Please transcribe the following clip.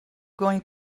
going